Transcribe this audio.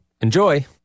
Enjoy